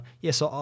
yes